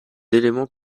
éléments